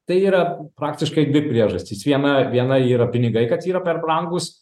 tai yra praktiškai dvi priežastys viena viena yra pinigai kad yra per brangūs